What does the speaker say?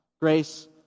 Grace